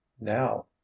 now